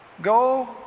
go